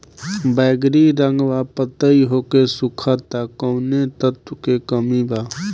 बैगरी रंगवा पतयी होके सुखता कौवने तत्व के कमी बा?